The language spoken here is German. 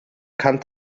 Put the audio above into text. kann